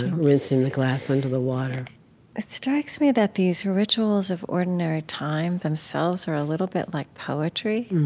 and rinsing the glass under the water it strikes me that these rituals of ordinary time themselves are a little bit like poetry,